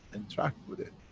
interact with it,